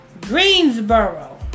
Greensboro